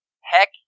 heck